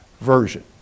version